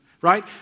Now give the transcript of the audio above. right